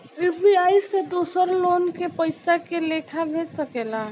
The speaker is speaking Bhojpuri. यू.पी.आई से दोसर लोग के पइसा के लेखा भेज सकेला?